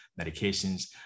medications